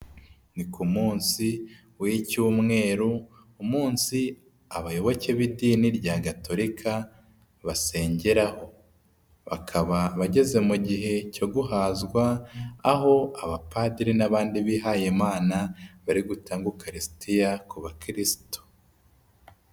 Ni ku munsi w'icyumweru, umunsi abayoboke b'idini rya gatorika basengeraho. Bakaba bageze mu gihe cyo guhazwa, aho abapadiri n'abandi bihayimana bari gutanga ukaristiya ku bakirisitu.